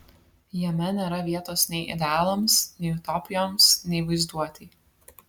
jame nėra vietos nei idealams nei utopijoms nei vaizduotei